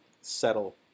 settle